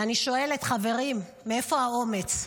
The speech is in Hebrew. ואני שואלת: חברים, מאיפה האומץ?